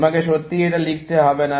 তোমাকে সত্যিই এটা লিখতে হবে না